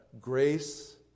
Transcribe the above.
grace